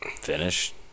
finish